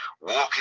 walking